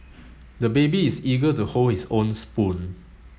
the baby is eager to hold his own spoon